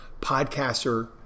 podcaster